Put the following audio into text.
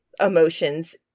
emotions